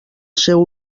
seu